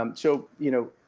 um so, you know,